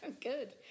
Good